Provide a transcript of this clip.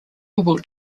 wilt